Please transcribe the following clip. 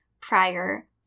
prior